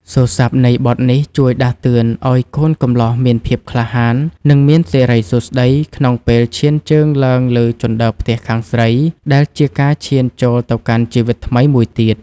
សូរស័ព្ទនៃបទនេះជួយដាស់តឿនឱ្យកូនកំលោះមានភាពក្លាហាន និងមានសិរីសួស្តីក្នុងពេលឈានជើងឡើងលើជណ្ដើរផ្ទះខាងស្រី ដែលជាការឈានចូលទៅកាន់ជីវិតថ្មីមួយទៀត។